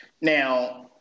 Now